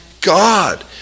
God